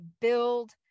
build